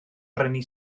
brynu